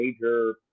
major